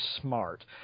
smart